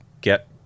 get